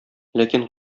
ләкин